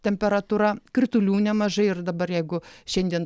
temperatūra kritulių nemažai ir dabar jeigu šiandien